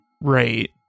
Right